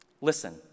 Listen